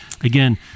again